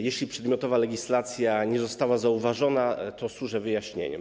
Jeśli przedmiotowa legislacja nie została zauważona, to służę wyjaśnieniem.